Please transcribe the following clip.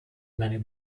many